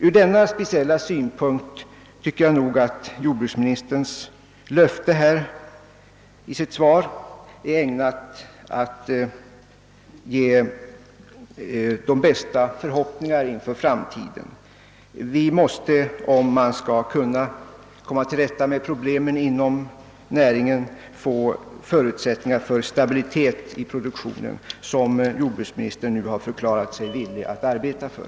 Ur denna speciella synpunkt tycker jag nog att jordbruksministerns löfte i svaret är ägnat att inge vissa förhoppningar för framtiden. Vi måste, för att man skall komma till rätta med problemen inom näringen, få förutsättningar att bedriva en stabil mjölkproduktion, något som jordbruksministern nu förklarat sig villig att arbeta för.